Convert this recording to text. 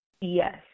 Yes